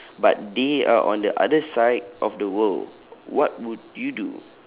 but they are on the other side of the world what would you do